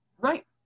right